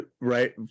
right